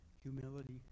humility